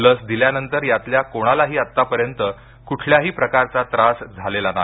लस दिल्यानंतर यातल्या कोणालाही आतापर्यंत कुठल्याही प्रकारचा त्रास झालेला नाही